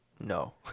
No